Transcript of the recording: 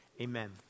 amen